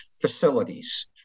Facilities